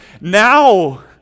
Now